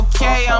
Okay